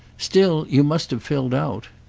still, you must have filled out.